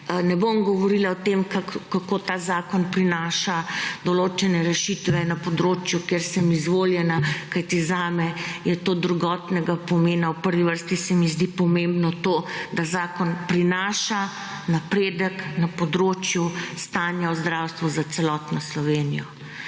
ne bom govorila o tem kako ta zakon prinaša določene rešitve na področju, kjer sem izvoljena, kajti zame je to drugotnega pomena. V prvi vrsti se mi zdi pomembno to, da zakon prinaša napredek na področju stanja v zdravstvu za celotno Slovenijo.